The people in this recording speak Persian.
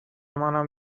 منم